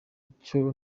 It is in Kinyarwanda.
cyo